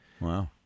Wow